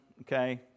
Okay